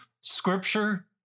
scripture